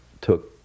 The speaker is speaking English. took